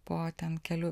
po ten kelių